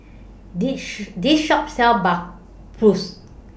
This Shop sells Bratwurst